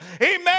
Amen